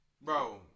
bro